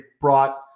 brought